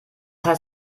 heißt